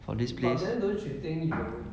for this place